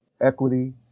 equity